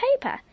paper